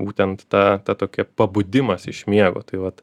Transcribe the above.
būtent ta tokia pabudimas iš miego tai vat